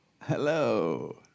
Hello